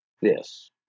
Yes